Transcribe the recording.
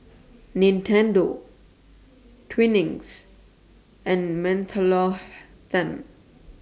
Nintendo Twinings and Mentholatum